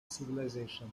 civilization